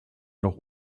noch